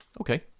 Okay